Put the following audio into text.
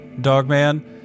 Dogman